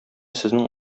сезнең